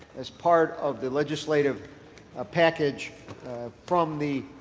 as part of the legislative ah package from the